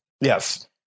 Yes